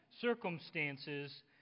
circumstances